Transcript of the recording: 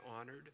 honored